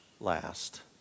last